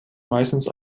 meistens